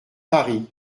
paris